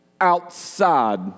outside